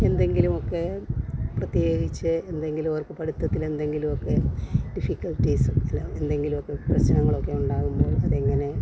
എന്തെങ്കിലും ഒക്കെ പ്രത്യേകിച്ച് എന്തെങ്കിലും അവർക്ക് പഠിത്തത്തിൽ എന്തെങ്കിലും ഒക്കെ ഡിഫിക്കൽട്ടീസ് അല്ല എന്തെങ്കിലും ഒക്കെ പ്രശനങ്ങളൊക്കെ ഉണ്ടാകുമ്പോൾ അത് എങ്ങനെ